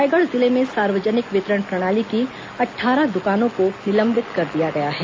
रायगढ़ जिले में सार्वजनिक वितरण प्रणाली की अट्ठारह दुकानों को निलंबित कर दिया गया है